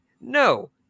no